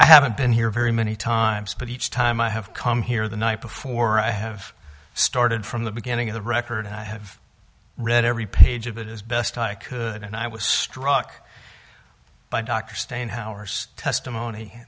i haven't been here very many times but each time i have come here the night before i have started from the beginning of the record and i have read every page of it as best i could and i was struck by dr steyn how hours testimony